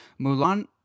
Mulan